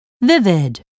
vivid